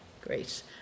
Great